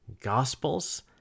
gospels